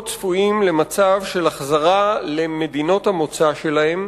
צפויים למצב של החזרה למדינות המוצא שלהם,